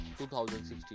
2016